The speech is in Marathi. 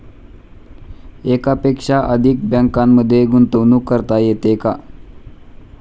एकापेक्षा अधिक बँकांमध्ये गुंतवणूक करता येते का?